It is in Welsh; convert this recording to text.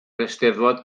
eisteddfod